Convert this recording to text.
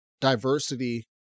diversity